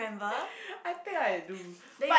I think I do but